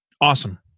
awesome